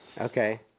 Okay